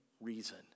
reason